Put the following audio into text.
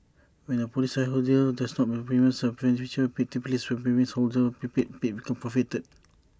when A policyholder does not pay the premiums A forfeiture may take place where premiums paid become forfeited